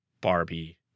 Barbie